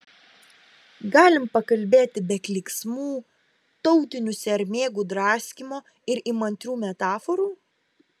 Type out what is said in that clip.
galim pakalbėti be klyksmų tautinių sermėgų draskymo ir įmantrių metaforų